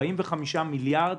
45 מיליארד